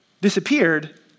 disappeared